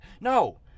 no